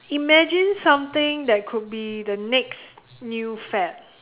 imagine something that could be the next new fad